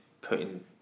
putting